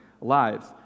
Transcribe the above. lives